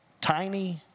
tiny